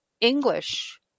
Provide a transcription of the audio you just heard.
English